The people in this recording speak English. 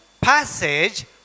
passage